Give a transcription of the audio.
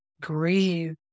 grieve